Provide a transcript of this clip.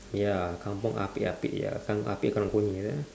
ya kampung ah pek ah pek ya kam~ ah pek karang guni ya